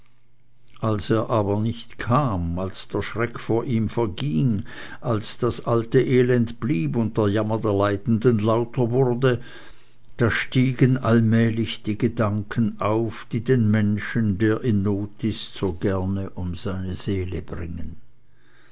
als er aber nicht kam als der schreck vor ihm verging als das alte elend blieb und der jammer der leidenden lauter wurde da stiegen allmählich die gedanken auf die den menschen der in der not ist so gerne um seine seele bringen